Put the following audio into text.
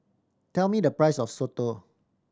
tell me the price of soto